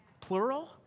plural